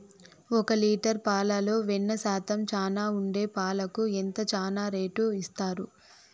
ఒక లీటర్ పాలలో వెన్న శాతం చానా ఉండే పాలకు ఎంత చానా రేటు ఇస్తారు?